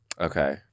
Okay